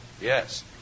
Yes